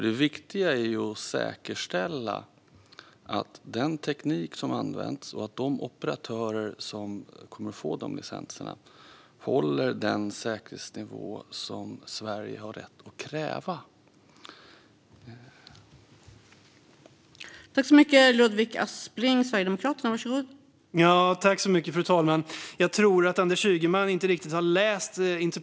Det viktiga är ju att säkerställa att den teknik som används och att de operatörer som kommer att få licenser håller den säkerhetsnivå som Sverige har rätt att kräva.